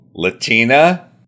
Latina